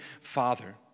father